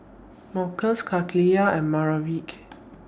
Marcos Kaliyah and Maverick